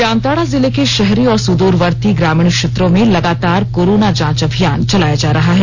जामताड़ा जिले के शहरी और सुदूरवर्ती ग्रामीण क्षेत्रों में लगातार कोरोना जांच अभियान चलाया जा रहा है